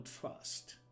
trust